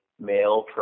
male